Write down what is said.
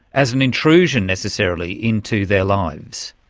as an intrusion necessarily into their lives.